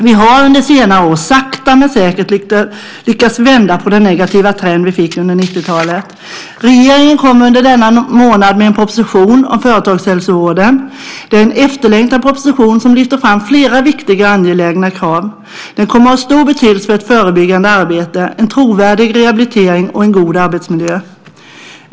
Vi har under senare år sakta men säkert lyckats vända den negativa trend vi fick under 90-talet. Regeringen kommer under denna månad med en proposition om företagshälsovården. Det är en efterlängtad proposition som lyfter fram flera viktiga och angelägna krav. Den kommer att ha stor betydelse för ett förebyggande arbete, en trovärdig rehabilitering och en god arbetsmiljö.